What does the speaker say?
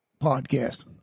podcast